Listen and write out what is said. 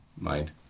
mind